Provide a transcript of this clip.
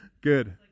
good